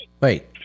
Wait